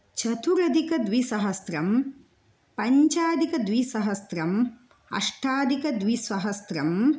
चतुरधिकद्विसहस्रम् पञ्चाधिकद्विसहस्रम् अष्टाधिकद्विसहस्रम्